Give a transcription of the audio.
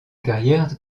carrière